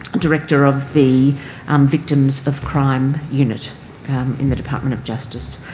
director of the um victims of crime unit in the department of justice.